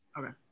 Okay